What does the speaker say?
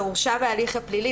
"הורשע בהליך הפלילי",